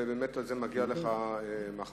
ובאמת על זה מגיעה לך מחמאה.